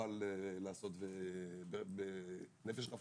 שנוכל לעשות בנפש חפצה,